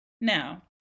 Now